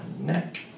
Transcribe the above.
neck